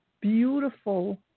beautiful